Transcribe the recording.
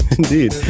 indeed